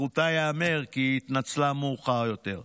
לזכותה ייאמר כי היא התנצלה מאוחר יותר.